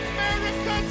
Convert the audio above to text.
America